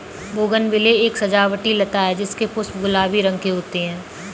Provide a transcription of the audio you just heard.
bougainvillea एक सजावटी लता है जिसके पुष्प गुलाबी रंग के होते है